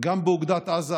גם באוגדת עזה